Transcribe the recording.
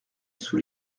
sous